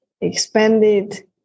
expanded